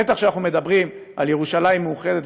בטח כשאנחנו מדברים על ירושלים מאוחדת,